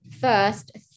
first